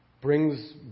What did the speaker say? brings